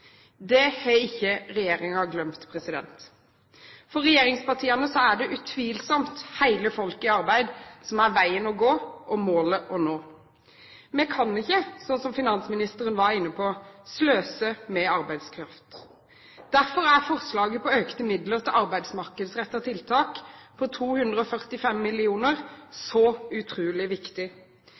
Det har ikke regjeringen glemt. For regjeringspartiene er det utvilsomt hele folket i arbeid som er veien å gå og målet å nå. Vi kan ikke, slik finansministeren var inne på, sløse med arbeidskraft. Derfor er forslaget om økte midler til arbeidsmarkedsrettede tiltak på 245 mill. kr så utrolig viktig.